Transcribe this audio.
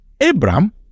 Abraham